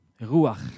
Ruach